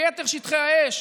ביתר שטחי האש.